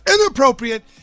inappropriate